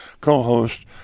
co-host